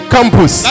Campus